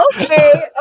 Okay